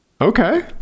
Okay